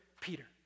Peter